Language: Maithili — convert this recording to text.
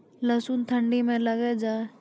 लहसुन ठंडी मे लगे जा?